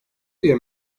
diye